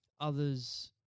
others